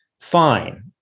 fine